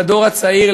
לדור הצעיר,